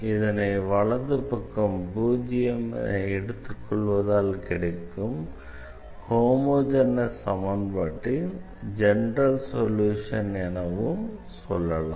இதனை வலது பக்கம் பூஜ்யம் என எடுத்துக்கொள்வதால் கிடைக்கும் ஹோமோஜெனஸ் சமன்பாட்டின் ஜெனரல் சொல்யூஷன் எனவும் சொல்லலாம்